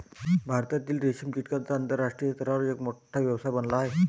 भारतातील रेशीम कीटकांचा आंतरराष्ट्रीय स्तरावर एक मोठा व्यवसाय बनला आहे